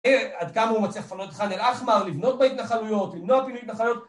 עד כמה הוא מצליח לפנות את חאן אל אחמר לבנות בהתנחלויות, לבנות עם ההתנחלויות